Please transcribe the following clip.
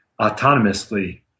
autonomously